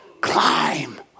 Climb